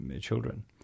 children